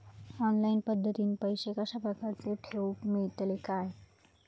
Online पद्धतीन पैसे कश्या प्रकारे ठेऊक मेळतले काय?